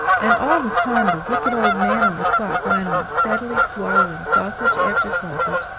and all the time the wicked old man on the clock went on steadily swallowing sausage after sausage,